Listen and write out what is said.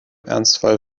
ernstfall